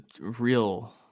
real